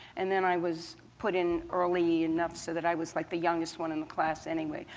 and then i was put in early enough so that i was like the youngest one in the class anyway.